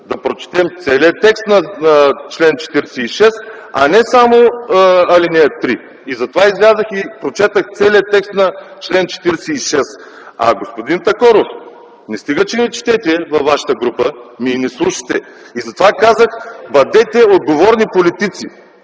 да прочетем целия текст на чл. 46, а не само ал. 3. Затова излязох и прочетох целия текст на чл. 46. Господин Такоров, не стига, че не четете във вашата група, но и не слушате. Затова казах: бъдете отговорни политици,